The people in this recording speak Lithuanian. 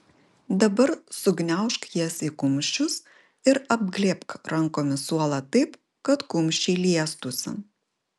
dabar sugniaužk jas į kumščius ir apglėbk rankomis suolą taip kad kumščiai liestųsi